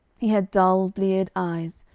he had dull bleared eyes,